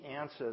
answer